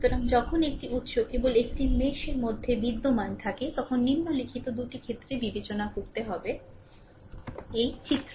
সুতরাং যখন একটি উত্স কেবল একটি মেশ দের মধ্যে বিদ্যমান থাকে তখন নিম্নলিখিত 2 টি ক্ষেত্রে বিবেচনা করতে হবে যে চিত্র